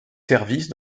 services